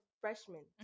freshman